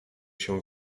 się